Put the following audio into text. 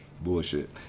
bullshit